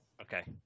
Okay